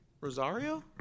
Rosario